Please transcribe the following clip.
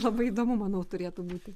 labai įdomu manau turėtų būti